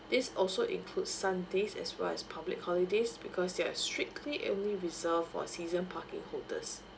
this also includes sunday as well as public holidays because they are strictly only reserved for season parking holders